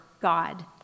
God